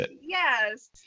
Yes